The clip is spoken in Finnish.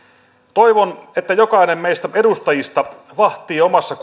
toivon että jokainen meistä edustajista vahtii omassa